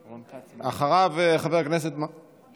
אחריו, חבר הכנסת, מה?